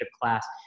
class